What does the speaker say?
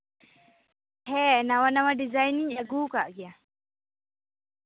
ᱦᱮᱸ ᱱᱟᱣᱟ ᱱᱟᱣᱟ ᱰᱤᱡᱟᱭᱤᱱᱤᱧ ᱟᱹᱜᱩᱣ ᱠᱟᱜ ᱜᱮᱭᱟ